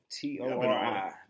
T-O-R-I